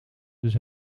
dus